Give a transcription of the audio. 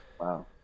wow